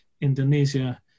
Indonesia